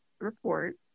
report